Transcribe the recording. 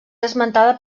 esmentada